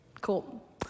Cool